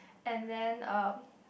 and then uh